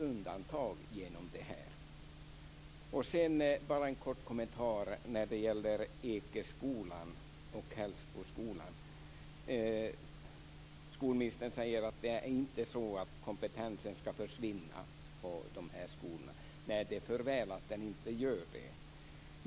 Jag har bara en kort kommentar om Ekeskolan och Hällsboskolan. Skolministern säger att kompetensen inte ska försvinna på dessa skolor - nej, det är för väl att den inte gör det.